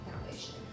Foundation